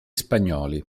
spagnoli